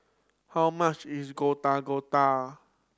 how much is Gado Gado